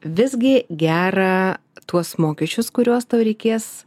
visgi gera tuos mokesčius kuriuos tau reikės